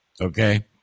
okay